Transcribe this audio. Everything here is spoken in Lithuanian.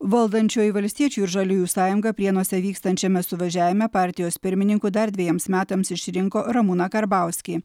valdančioji valstiečių ir žaliųjų sąjunga prienuose vykstančiame suvažiavime partijos pirmininku dar dvejiems metams išrinko ramūną karbauskį